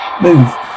Move